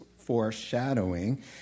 foreshadowing